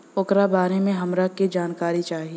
ओकरा बारे मे हमरा के जानकारी चाही?